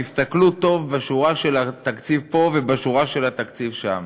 תסתכלו טוב בשורה של התקציב פה ובשורה של התקציב שם.